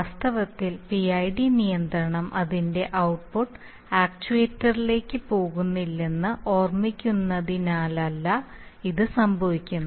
വാസ്തവത്തിൽ പിഐഡി നിയന്ത്രണം അതിന്റെ ഔട്ട്പുട്ട് ആക്ച്യുവേറ്ററിലേക്ക് പോകുന്നില്ലെന്ന് ഓർമ്മിക്കുന്നതിനാലല്ല ഇത് സംഭവിക്കുന്നത്